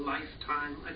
Lifetime